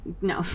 no